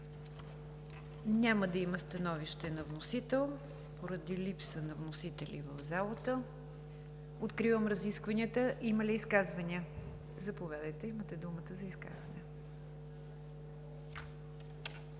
Няма да има становище на вносител поради липса на вносители в залата. Откривам разискванията. Има ли изказвания? Заповядайте, имате думата за изказване.